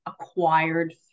acquired